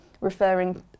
referring